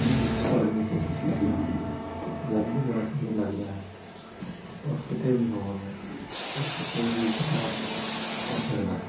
ਈ books ਪੜ੍ਹਨ ਦੀ ਕੋਸ਼ਿਸ਼ ਕਰਦਾ ਹਾਂ ਜਦ ਵੀ ਮੇਰਾ ਸਮਾਂ ਲੱਗਦਾ ਹੈ ਔਰ ਕਿਤੇ ਵੀ ਹੋਵਾਂ ਮੈਂ ਇਸ ਤੋਂ ਕੋਈ ਵੀ ਕਿਤਾਬ ਪੜ੍ਹ ਸਕਦਾ ਹਾਂ